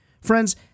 Friends